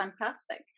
fantastic